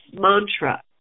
mantra